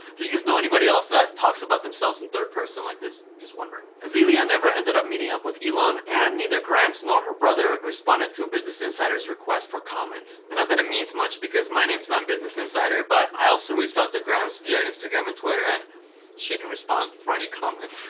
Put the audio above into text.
do you know anybody else that talks about themselves in third-person like this? just wondering. azealia never ended up meeting up with elon and neither grimes nor her brother responded to business insider's request for comment. and not that it means much because my name is not business insider but i also reached out to grimes via instagram and twitter and she didn't respond for any comment.